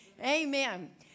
Amen